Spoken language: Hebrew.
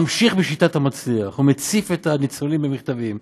ממשיך בשיטת מצליח ומציף את הניצולים במכתבים.